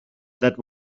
that